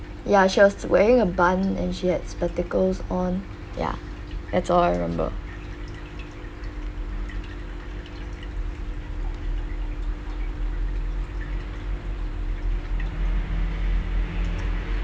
ya she was wearing a bun and she had spectacles on ya that's all I remember